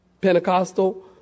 Pentecostal